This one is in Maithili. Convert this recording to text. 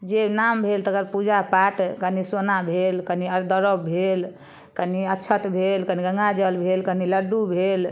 जे नाम भेल तकर पूजा पाठ कने सोना भेल कने अरदरब भेल कनी अक्षत भेल कनी गङ्गाजल भेल कनी लड्डू भेल